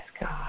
God